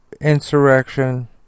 insurrection